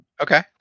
Okay